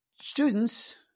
students